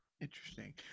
interesting